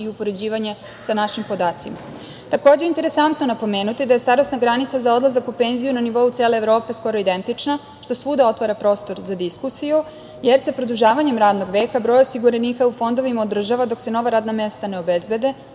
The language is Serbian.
i upoređivanje sa našim podacima. Takođe, interesantno je napomenuti da je starosna granica za odlazak u penziju na nivou cele Evrope skoro identična, što svuda otvara prostor za diskusiju, jer se produžavanjem radnog veka broj osiguranika u fondovima održava dok se nova radna mesta ne obezbede,